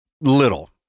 little